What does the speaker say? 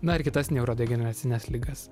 na ir kitas neurodegeneracines ligas